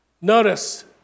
Notice